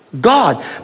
God